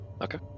Okay